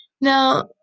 Now